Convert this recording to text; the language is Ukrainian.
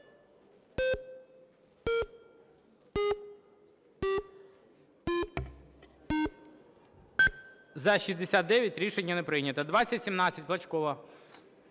За-69 Рішення не прийнято.